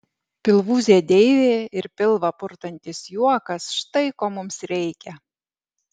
pilvūzė deivė ir pilvą purtantis juokas štai ko mums reikia